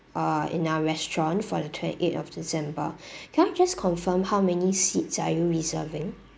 uh in our restaurant for the twenty eight of december could I just confirm how many seats are you reserving